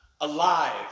alive